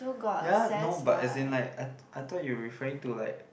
ya no but as in like I I thought you referring to like